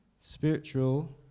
Spiritual